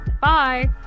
bye